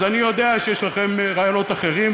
אז אני יודע שיש לכם רעיונות אחרים,